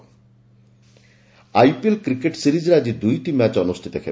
IPL IPL cricket ସିରିଜ୍ରେ ଆଜି ଦୁଇଟି ମ୍ୟାଚ୍ ଅନୁଷ୍ଠିତ ହେବ